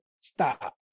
stop